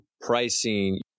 pricing